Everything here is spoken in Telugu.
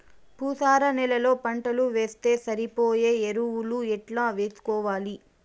భూసార నేలలో పంటలు వేస్తే సరిపోయే ఎరువులు ఎట్లా వేసుకోవాలి?